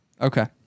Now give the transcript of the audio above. Okay